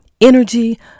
energy